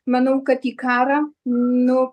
manau kad į karą nu